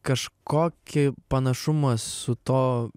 kažkokį panašumą su to